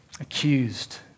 accused